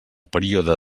període